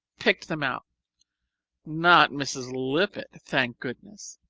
picked them out not mrs. lippett, thank goodness.